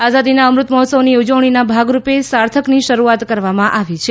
આઝાદીના અમૃત મહોત્સવની ઉજવણીના ભાગ રૂપે સાર્થકની શરૂઆત કરવામાં આવી છે